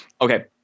okay